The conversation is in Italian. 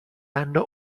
anno